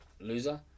loser